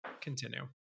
continue